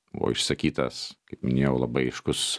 buvo išsakytas kaip minėjau labai aiškus